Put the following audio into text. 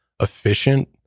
efficient